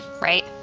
right